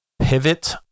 pivot